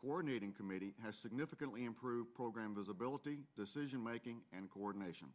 coordinating committee has significantly improved program visibility decisionmaking and coordination